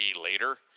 later